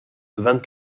vingt